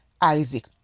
Isaac